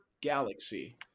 galaxy